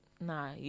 Nah